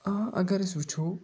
آ اگر أسۍ وٕچھو